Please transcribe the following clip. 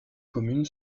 commune